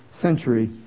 century